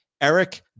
Eric